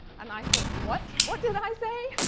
and i thought what? what did i say?